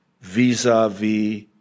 vis-a-vis